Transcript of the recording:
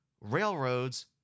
railroads